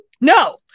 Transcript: No